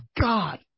God